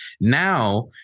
Now